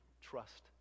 trust